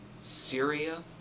Syria